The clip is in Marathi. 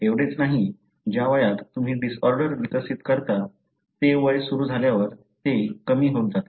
एवढेच नाही ज्या वयात तुम्ही डिसऑर्डर विकसित करता ते वय सुरू झाल्यावर ते कमी होत जाते